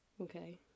Okay